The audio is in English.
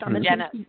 Jenna